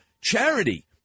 charity